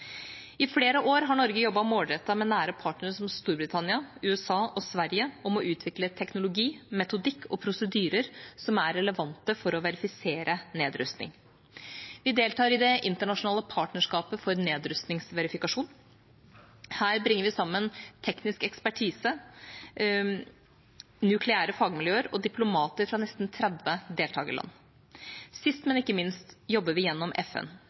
I flere år har Norge jobbet målrettet med nære partnere som Storbritannia, USA og Sverige om å utvikle teknologi, metodikk og prosedyrer som er relevante for å verifisere nedrustning. Vi deltar i Det internasjonale partnerskapet for nedrustningsverifikasjon. Her bringer vi sammen teknisk ekspertise, nukleære fagmiljøer og diplomater fra nesten 30 deltakerland. Sist, men ikke minst, jobber vi gjennom FN.